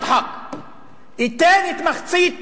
אתן את מחצית